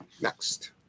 Next